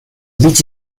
beach